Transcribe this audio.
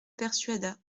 persuada